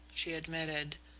she admitted.